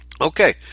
Okay